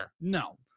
No